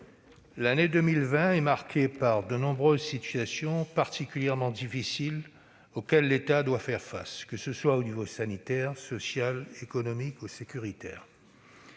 l'année 2020 est marquée par de nombreuses situations particulièrement difficiles auxquelles l'État doit fait face aux niveaux sanitaire, social, économique ou sécuritaire.